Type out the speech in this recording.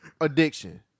addiction